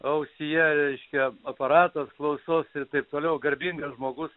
ausyje reiškia aparatas klausos ir taip toliau garbingas žmogus